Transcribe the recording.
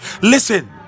listen